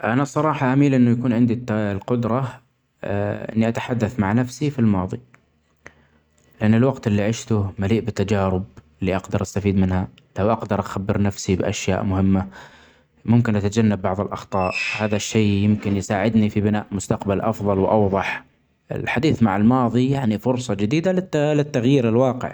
أنا الصراحة أميل إني يكون عندي القدرة إني أتحدث مع نفسي في الماضي ، لأن الوقت اللي عسشتة ملئ بتجارب اللي أجدر أستفيد منها لو أجدر أخبر نفسي بأشياء مهمة ممكن أتجنب بعض الاخطاء هدا الشئ ممكن يساعدني في بناء مستقبل أفظل وأوضح ، الحديث مع الماضي يعني فرصه جديدة للت-للتغيير الواقع.